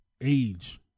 age